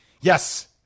Yes